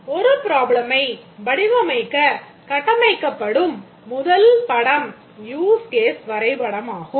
ஒரு பிராப்ளம் வரைபடமாகும்